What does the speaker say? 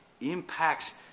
impacts